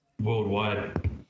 worldwide